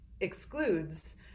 excludes